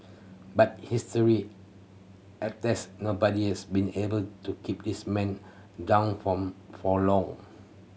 but history attests nobody has been able to keep this man down form for long